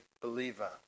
believer